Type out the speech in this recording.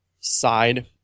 side